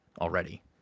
already